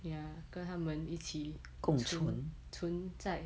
ya 跟他们一起存在